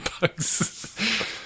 Bugs